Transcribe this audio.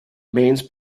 mains